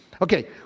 Okay